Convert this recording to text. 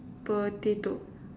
potato